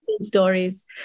stories